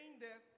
death